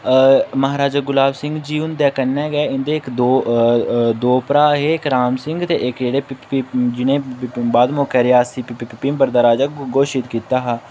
अ महाराजा गुलाब सिंह जी हुंदे कन्नै गै इं'दे इक दो दो भ्राऽ हे इक राम सिंह ते इक जेह्ड़े जि'नें ई बाद मौकै रियासी भिंबर दा राजा घोशित कीता हा